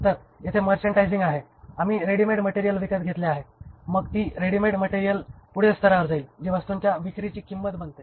तर येथे मर्चेंडायझिंग आहे आम्ही रेडिमेड मटेरियल विकत घेतले आहे आणि मग ती रेडिमेड मटेरियल पुढील स्तरावर जाईल जी वस्तूंच्या विक्रीची किंमत बनते